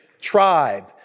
tribe